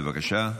בבקשה.